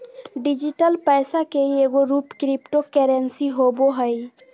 digital पैसा के ही एगो रूप क्रिप्टो करेंसी होवो हइ